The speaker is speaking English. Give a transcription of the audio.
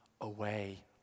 away